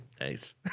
Nice